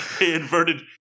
inverted